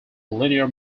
linear